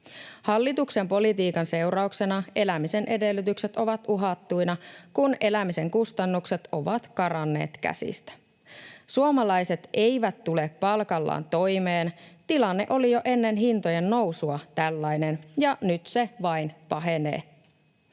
Hallituksen politiikan seurauksena elämisen edellytykset ovat uhattuina, kun elämisen kustannukset ovat karanneet käsistä. Suomalaiset eivät tule palkallaan toimeen. Tilanne oli jo ennen hintojen nousua tällainen, ja nyt se vain pahenee.